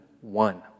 one